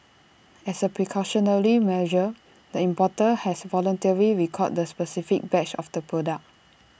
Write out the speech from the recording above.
as A precautionary measure the importer has voluntarily recalled the specific batch of the product